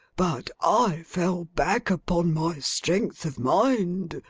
but, i fell back upon my strength of mind,